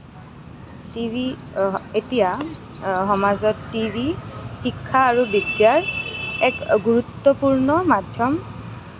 TV এতিয়া সমাজত TV শিক্ষা আৰু বিদ্যাৰ এক গুৰুত্বপূৰ্ণ মাধ্যম